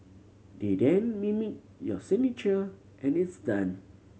they then mimic your signature and it's done